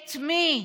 את מי?